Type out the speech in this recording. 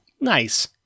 Nice